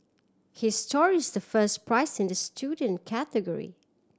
his story is the first prize in the student category